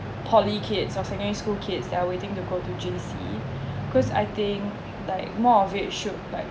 poly kids or secondary school kids that are waiting to go to J_C cause I think like more of it should like